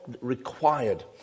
required